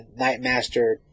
Nightmaster